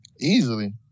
Easily